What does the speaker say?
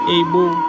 able